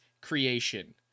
creation